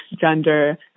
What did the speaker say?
gender